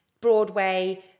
Broadway